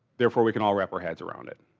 therefore we can all wrap our heads around it.